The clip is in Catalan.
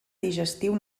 digestiu